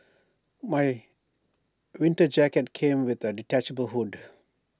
my winter jacket came with A detachable hood